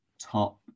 top